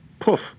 poof